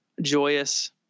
joyous